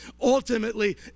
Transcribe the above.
Ultimately